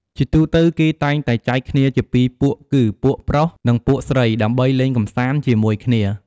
ជាទូទៅ គេតែងតែចែកគ្នាជាពីរពួកគឺ ពួកប្រុស និង ពួកស្រី ដើម្បីលេងកម្សាន្តជាមួយគ្នា។